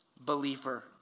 believer